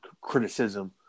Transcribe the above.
criticism